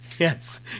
Yes